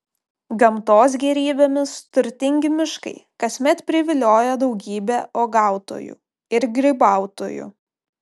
gamtos gėrybėmis turtingi miškai kasmet privilioja daugybę uogautojų ir grybautojų